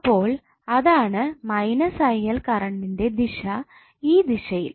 അപ്പോൾ അതാണ് കറണ്ടിന്റെ ദിശ ഈ ദിശയിൽ